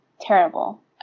terrible